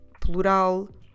plural